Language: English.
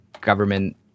government